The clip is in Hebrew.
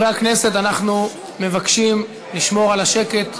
חברי הכנסת, אנחנו מבקשים לשמור על השקט.